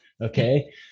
okay